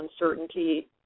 uncertainty